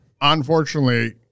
Unfortunately